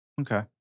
Okay